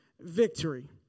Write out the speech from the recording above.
victory